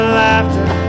laughter